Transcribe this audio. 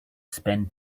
spend